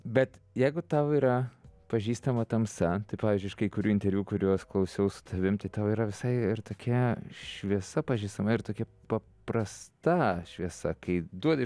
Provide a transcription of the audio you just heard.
bet jeigu tau yra pažįstama tamsa tai pavyzdžiui iš kai kurių interviu kuriuos klausiau su tavim tau yra visai ir tokia šviesa pažįstama ir tokia paprasta šviesa kai duodi